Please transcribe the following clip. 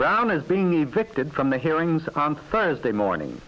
brown is being evicted from the hearings on thursday morning